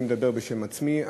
אני ודאי מדבר בשם עצמי,